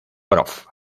prof